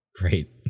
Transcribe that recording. great